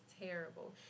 terrible